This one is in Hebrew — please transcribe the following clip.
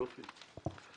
יופי.